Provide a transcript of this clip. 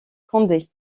condé